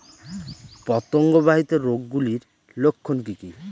পতঙ্গ বাহিত রোগ গুলির লক্ষণ কি কি?